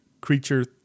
creature